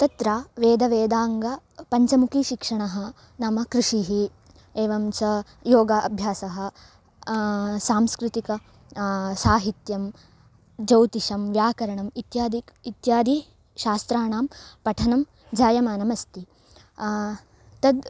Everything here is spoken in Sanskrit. तत्र वेदवेदाङ्गानि पञ्चमुखीशिक्षणं नाम कृषिः एवं च योगस्य अभ्यासः सांस्कृतिकं साहित्यं जौतिषं व्याकरणम् इत्यादि इत्यादि शास्त्राणां पठनं जायमानम् अस्ति तद्